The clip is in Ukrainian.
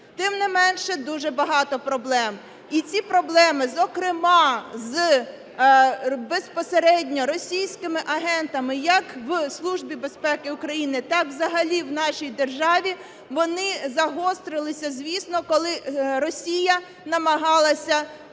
тим не менше, дуже багато проблем. І ці проблеми, зокрема, з безпосередньо російськими агентами як в Службі безпеки України, так і взагалі в нашій державі, вони загострилися, звісно, коли Росія намагалася